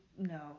No